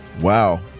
Wow